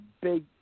big